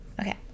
Okay